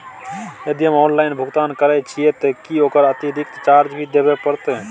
यदि हम ऑनलाइन भुगतान करे छिये त की ओकर अतिरिक्त चार्ज भी देबे परतै?